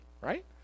right